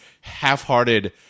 half-hearted